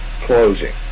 closing